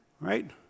right